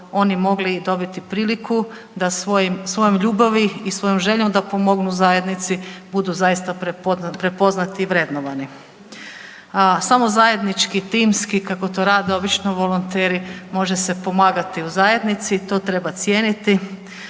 oni mogli dobiti priliku da svojom ljubavi i svojom željom da pomognu zajednici, budu zaista prepoznati i vrednovani. A samo zajednički i timski, kako to rade obično volonteri može se pomagati u zajednici i to treba cijeniti,